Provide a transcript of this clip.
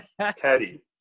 Teddy